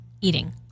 eating